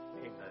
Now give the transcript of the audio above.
Amen